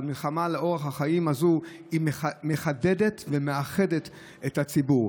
המלחמה הזו על אורח החיים מחדדת ומאחדת את הציבור.